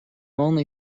only